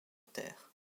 terre